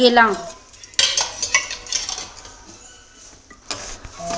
KCC मै ब्याज केतनि लागेला?